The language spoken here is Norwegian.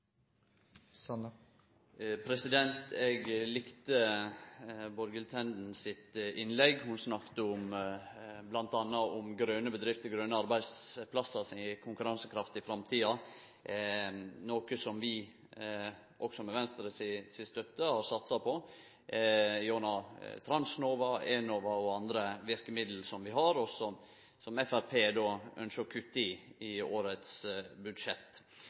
spørsmålet. Eg likte Borghild Tenden sitt innlegg. Ho snakka bl.a. om grøne bedrifter, grøne arbeidsplassar, som gjev konkurransekraft i framtida, noko som vi også med støtte frå Venstre har satsa på gjennom Transnova, Enova og andre verkemiddel som vi har, og som Framstegspartiet ynskjer å kutte i i årets budsjett.